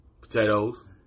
Potatoes